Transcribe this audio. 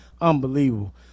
unbelievable